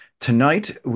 Tonight